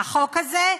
והחוק הזה?